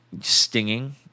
stinging